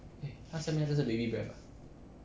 eh 他下面这个是 baby breath